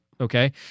okay